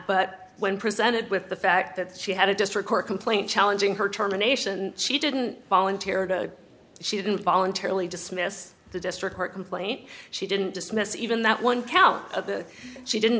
but when presented with the fact that she had a district court complaint challenging her terminations she didn't volunteer to she didn't voluntarily dismiss the district court complaint she didn't dismiss even that one count of the she didn't